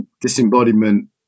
disembodiment